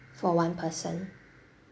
for one person